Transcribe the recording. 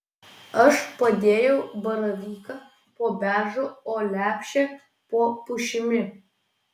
aš padėjau baravyką po beržu o lepšę po pušimi